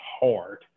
hard